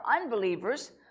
unbelievers